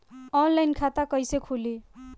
Online खाता कईसे खुलि?